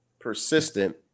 persistent